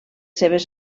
seves